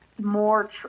more